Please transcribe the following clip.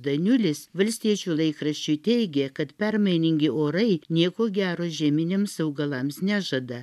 daniulis valstiečių laikraščiui teigė kad permainingi orai nieko gero žieminiams augalams nežada